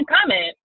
comment